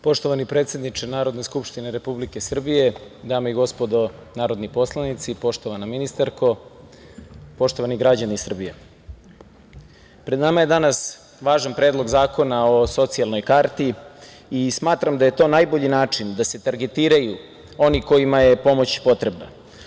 Poštovani predsedniče Narodne skupštine Republike Srbije, dame i gospodo narodni poslanici, poštovana ministarko, poštovani građani Srbije, pred nama je danas važan Predlog zakona o socijalnoj karti i smatram da je to najbolji način da se targetiraju oni kojima je pomoć potrebna.